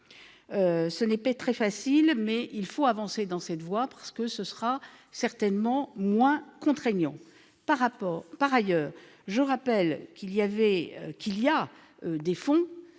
peut-être pas très facile, mais il faut avancer dans cette voie parce que ce sera certainement moins contraignant. Par ailleurs, je rappelle que certains fonds,